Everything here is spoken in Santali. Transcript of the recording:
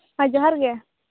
ᱦᱮᱸ ᱡᱚᱦᱟᱨ ᱜᱮ